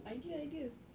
idea idea